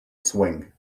swing